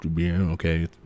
okay